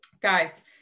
Guys